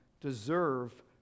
deserve